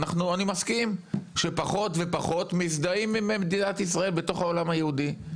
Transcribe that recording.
אני מסכים שפחות ופחות מזדהים עם מדינת ישראל בתוך העולם היהודי.